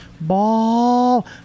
Ball